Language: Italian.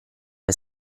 per